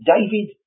David